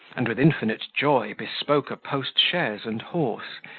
and with infinite joy bespoke a post-chaise and horse,